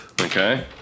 Okay